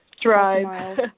drive